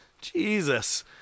Jesus